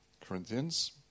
Corinthians